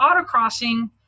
autocrossing